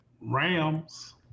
Rams